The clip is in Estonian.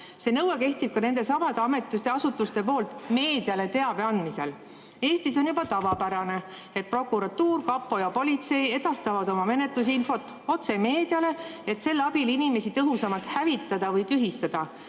See nõue kehtib ka nendesamade ametiasutuste poolt meediale teabe andmisel. Eestis on juba tavapärane, et prokuratuur, kapo ja politsei edastavad oma menetlusinfot otse meediale, et selle abil inimesi tõhusamalt hävitada või tühistada.